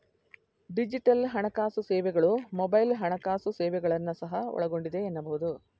digital ಹಣಕಾಸು ಸೇವೆಗಳು mobile ಹಣಕಾಸು ಸೇವೆಗಳನ್ನ ಸಹ ಒಳಗೊಂಡಿದೆ ಎನ್ನಬಹುದು